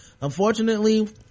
Unfortunately